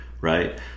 right